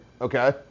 Okay